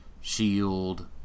Shield